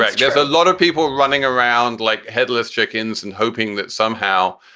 correct. yes. a lot of people running around like headless chickens and hoping that somehow,